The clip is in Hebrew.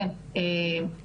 אם לא מתאים